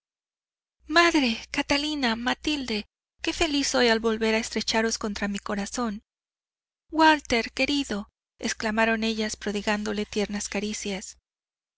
madre catalina matilde qué feliz soy al volver a estrecharos contra mi corazón walter querido exclamaron ellas prodigándole tiernas caricias